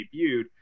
debuted